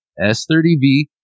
S30V